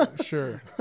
Sure